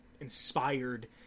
inspired